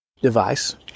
device